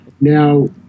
now